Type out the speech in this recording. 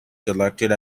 selected